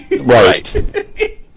right